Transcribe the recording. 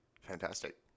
Fantastic